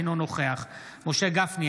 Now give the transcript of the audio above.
אינו נוכח משה גפני,